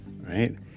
right